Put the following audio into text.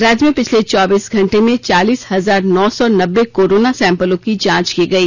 राज्य में पिछले चौबीस घंटे में चालीस हजार नौ सौ नब्बे कोरोना सैंपलों की जांच की गई